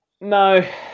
No